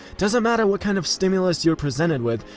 doesn't matter what kind of stimulus you're presented with,